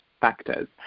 factors